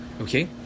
okay